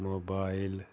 mobile